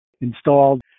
installed